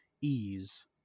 ease